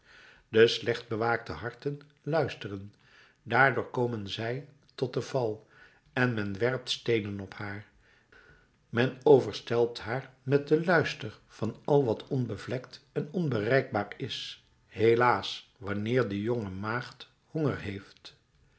de slecht bewaakte harten luisteren daardoor komen zij tot den val en men werpt steenen op haar men overstelpt haar met den luister van al wat onbevlekt en onbereikbaar is helaas wanneer de jonge maagd honger heeft